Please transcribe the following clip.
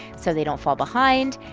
so they don't fall behind?